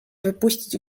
wypuścić